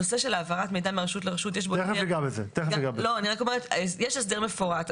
בנושא של העברת מידע מרשות לרשות, יש הסדר מפורט.